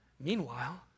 Meanwhile